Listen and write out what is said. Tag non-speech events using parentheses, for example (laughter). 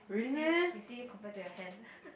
you see you see compared to your hand (laughs)